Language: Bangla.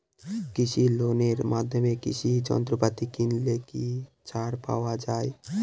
কৃষি লোনের মাধ্যমে কৃষি যন্ত্রপাতি কিনলে কি ছাড় পাওয়া যায়?